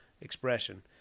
expression